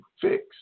fix